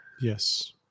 Yes